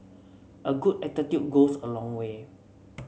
a good attitude goes a long way